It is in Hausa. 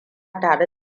tare